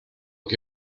que